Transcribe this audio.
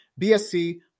BSC